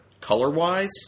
color-wise